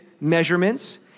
measurements